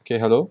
okay hello